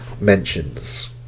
mentions